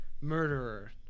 Murderer